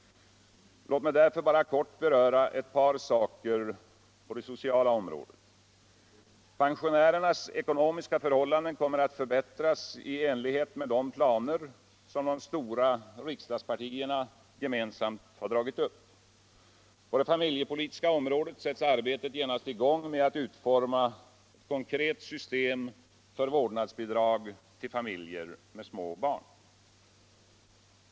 Låt mig därför bara kort beröra ett par saker på det sociala området. Pensionärernas ekonomiska förhällanden kommer att förbättras i enlighet med de planer som de stora riksdagspartierna gemensamt har dragit upp. På det familjepolitiska området sätts arbetet genast I gång med att utforma eu konkret system för vårdnadsbidrag tll fumiljer med små barn.